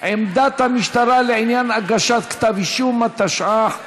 עמדת המשטרה לעניין הגשת כתב אישום), התשע"ח 2018,